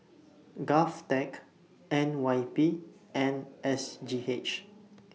Govtech N Y P and S G H